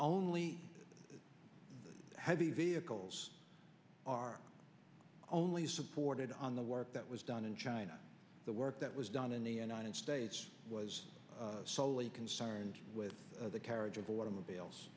only heavy vehicles are only supported on the work that was done in china the work that was done in the united states was soley concerned with the carriage of automobiles